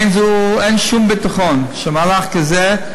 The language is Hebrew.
אין שום ביטחון שמהלך כזה,